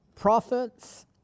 prophets